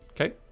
Okay